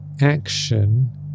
action